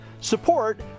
support